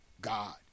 God